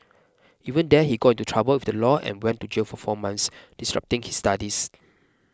even there he got into trouble with the law and went to jail for four months disrupting his studies